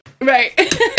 right